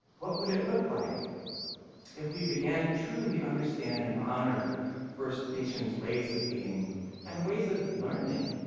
what would it look like if we began to truly understand and honor first nations ways of being and ways of learning?